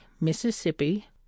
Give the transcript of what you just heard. Mississippi